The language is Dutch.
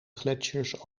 gletsjers